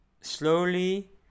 slowly